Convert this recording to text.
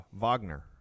Wagner